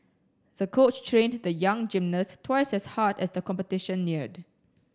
the coach trained the young gymnast twice as hard as the competition neared